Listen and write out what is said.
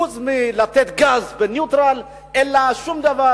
חוץ מלתת גז בניוטרל אין לה שום דבר,